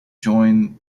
join